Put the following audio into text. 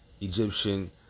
Egyptian